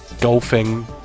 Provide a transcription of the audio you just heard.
golfing